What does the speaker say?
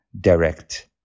direct